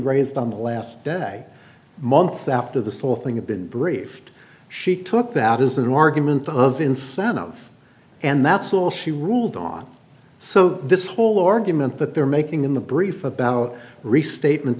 raised on the last day months after this whole thing a been briefed she took that as an argument of incentive and that's all she ruled on so this whole argument that they're making in the brief about restatement